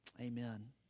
Amen